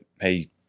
Hey